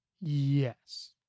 Yes